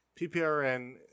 pprn